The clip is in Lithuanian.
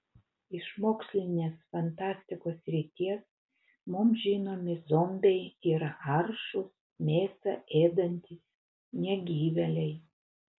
iš mokslinės fantastikos srities mums žinomi zombiai yra aršūs mėsą ėdantys negyvėliai